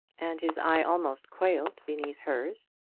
and his eye almost quailed beneath hers.